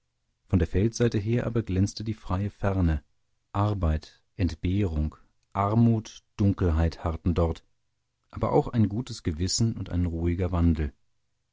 von der feldseite her aber glänzte die freie ferne arbeit entbehrung armut dunkelheit harrten dort aber auch ein gutes gewissen und ein ruhiger wandel